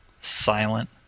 silent